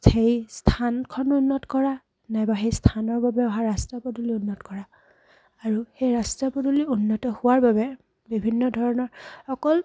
সেই স্থানখন উন্নত কৰা নাইবা সেই স্থানৰ বাবে অহা ৰাস্তা পদূলি উন্নত কৰা আৰু সেই ৰাস্তা পদূলি উন্নত হোৱাৰ বাবে বিভিন্ন ধৰণৰ অকল